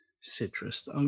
Citrus